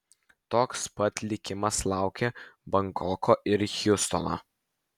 toks pat likimas laukia bankoko ir hjustono